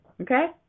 Okay